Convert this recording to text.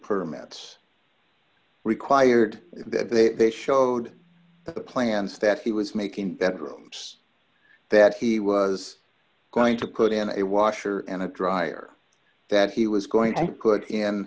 permits required that they showed that the plans that he was making bedrooms that he was going to put in a washer and dryer that he was going to put